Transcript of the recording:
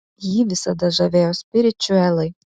jį visada žavėjo spiričiuelai